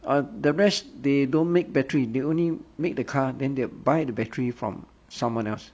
uh the rest they don't make battery they only make the car then they buy the battery from someone else